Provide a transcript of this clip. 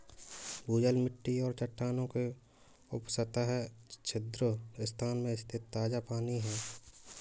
भूजल मिट्टी और चट्टानों के उपसतह छिद्र स्थान में स्थित ताजा पानी है